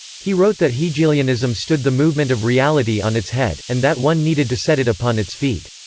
he wrote that hegelianism stood the movement of reality on its head, and that one needed to set it upon its feet.